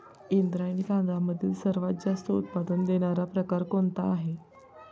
इंद्रायणी तांदळामधील सर्वात जास्त उत्पादन देणारा प्रकार कोणता आहे?